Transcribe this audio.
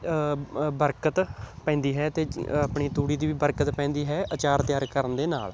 ਬਰਕਤ ਪੈਂਦੀ ਹੈ ਅਤੇ ਆਪਣੀ ਤੂੜੀ ਦੀ ਵੀ ਬਰਕਤ ਪੈਂਦੀ ਹੈ ਅਚਾਰ ਤਿਆਰ ਕਰਨ ਦੇ ਨਾਲ਼